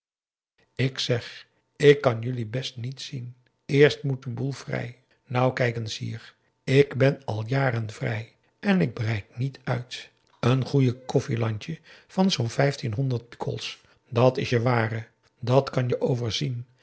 ik zeg ik kan jullie best niet zien eerst moet de boel vrij nou kijk eens hier ik ben al jaren vrij en ik breid niet uit n goed koffielandje van n vijftien honderd pikols dat is je ware dat kan je overzien